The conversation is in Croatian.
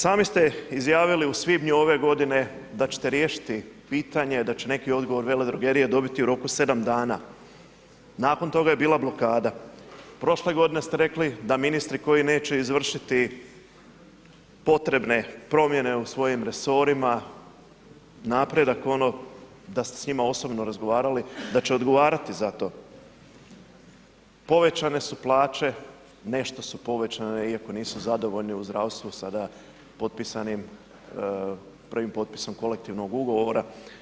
Sami ste izjavili u svibnju ove godine da ćete riješiti pitanje, da će neki odgovor veledrogerije dobiti u roku 7 dana, nakon toga je bila blokada, prošle godine ste rekli da ministri koji neće izvršiti potrebne promjene u svojim resorima, napredak, da ste s njima osobno razgovarali, da će odgovarati za to, povećane su plaće, nešto su povećane iako nisu zadovoljni u zdravstvu sada potpisanim, prvim potpisom Kolektivnog ugovora.